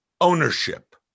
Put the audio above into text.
ownership